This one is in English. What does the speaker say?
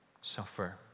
suffer